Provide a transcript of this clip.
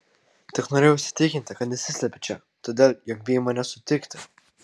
tik norėjau įsitikinti kad nesislepi čia todėl jog bijai mane sutikti